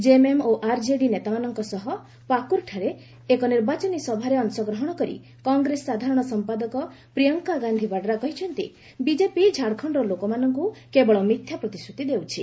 KMM ଓ ଆର୍କେଡି ନେତାମାନଙ୍କ ସହ ପାକୁରଠାରେ ଏକ ନିର୍ବାଚନ ସଭାରେ ଅଂଶଗ୍ରହଣ କରି କଂଗ୍ରେସ ସାଧାରଣ ସମ୍ପାଦକ ପ୍ରିୟଙ୍କା ଗାନ୍ଧି ବାଡ୍ରା କହିଛନ୍ତି ବିଜେପି ଝାଡ଼ଖଣ୍ଡର ଲୋକମାନଙ୍କୁ କେବଳ ମିଥ୍ୟା ପ୍ରତିଶ୍ରତି ଦେଉଛି